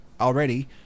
already